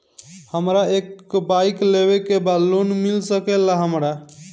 हमरा एक बाइक लेवे के बा लोन मिल सकेला हमरा?